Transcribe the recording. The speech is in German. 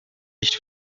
nicht